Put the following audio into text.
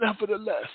Nevertheless